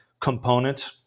component